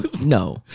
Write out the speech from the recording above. no